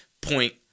point